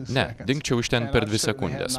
ne dingčiau iš ten per dvi sekundes